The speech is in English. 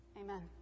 Amen